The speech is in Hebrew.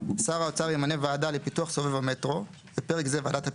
שר האוצר ימנה ועדה לפיתוח סובב המטרו (בפרק זה ועדת הפיתוח)